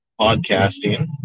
podcasting